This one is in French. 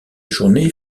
journée